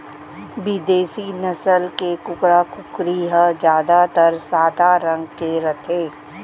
बिदेसी नसल के कुकरा, कुकरी ह जादातर सादा रंग के रथे